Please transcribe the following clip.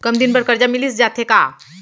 कम दिन बर करजा मिलिस जाथे का?